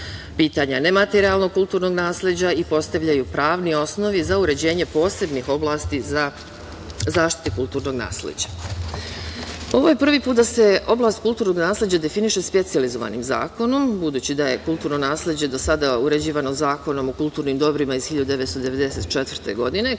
pitanja nematerijalnog kulturnog nasleđa i postavljaju pravni osnovi za uređenje posebnih oblasti zaštite kulturnog nasleđa. Ovo je prvi put da se oblast kulturnog nasleđa definiše specijalizovanim zakonom, budući da je kulturno nasleđe do sada uređivano Zakonom o kulturnim dobrima iz 1994. godine,